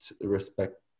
Respect